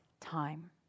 time